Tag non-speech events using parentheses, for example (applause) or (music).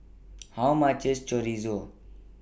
(noise) How much IS Chorizo